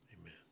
Amen